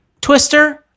Twister